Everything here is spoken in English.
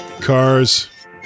Cars